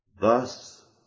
Thus